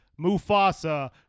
Mufasa